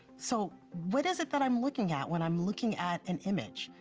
so what is it that i'm looking at when i'm looking at an image?